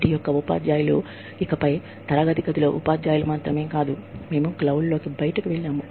IIT యొక్క ఉపాధ్యాయులు ఇకపై తరగతి గదిలో ఉపాధ్యాయులు మాత్రమే కాదు మేము క్లౌడ్ లోకి బయటికి వెళ్ళాము